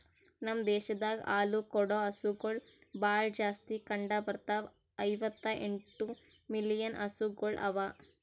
ನಮ್ ದೇಶದಾಗ್ ಹಾಲು ಕೂಡ ಹಸುಗೊಳ್ ಭಾಳ್ ಜಾಸ್ತಿ ಕಂಡ ಬರ್ತಾವ, ಐವತ್ತ ಎಂಟು ಮಿಲಿಯನ್ ಹಸುಗೊಳ್ ಅವಾ